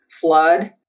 flood